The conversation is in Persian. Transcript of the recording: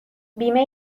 بیمه